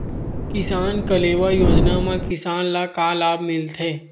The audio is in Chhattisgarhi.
किसान कलेवा योजना म किसान ल का लाभ मिलथे?